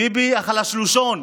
ביבי החלשלושון,